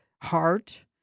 heart